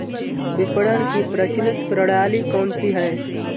विपणन की प्रचलित प्रणाली कौनसी है?